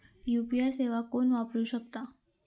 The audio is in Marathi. यू.पी.आय सेवा कोण वापरू शकता?